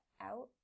out